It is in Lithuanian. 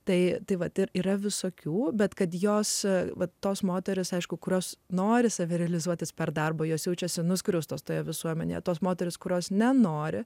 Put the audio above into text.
tai taip pat yra visokių bet kad jos va tos moterys aišku kurios nori save realizuoti per darbo jos jaučiasi nuskriaustos toje visuomenėje tos moterys kurios nenori